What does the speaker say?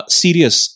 serious